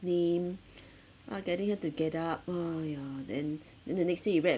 name all getting her to get up !aiya! then then the next day you read